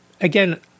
Again